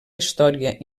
història